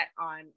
on